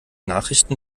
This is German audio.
nachrichten